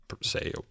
say